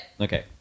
Okay